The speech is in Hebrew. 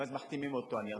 ואז מחתימים אותו על נייר.